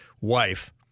wife